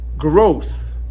growth